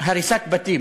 הריסת בתים